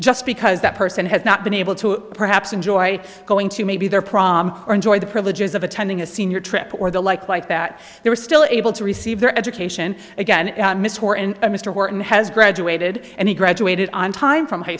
just because that person has not been able to perhaps enjoy going to maybe their prom or enjoy the privileges of attending a senior trip or the like like that they were still able to receive their education again mr and mr wharton has graduated and he graduated on time from high